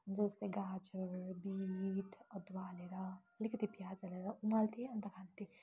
जस्तै गाजर बिट अदुवा हालेर अलिकति प्याज हालेर उमाल्थे अन्त खान्थे अब